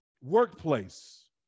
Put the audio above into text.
workplace